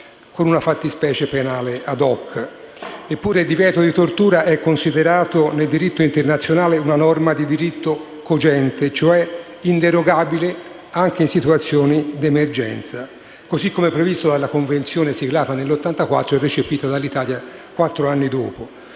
di tortura è considerato nel diritto internazionale una norma di diritto cogente, cioè inderogabile anche in situazioni d'emergenza, così come previsto dalla Convenzione siglata nel 1984 e recepita dall'Italia quattro anni dopo.